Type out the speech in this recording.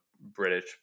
British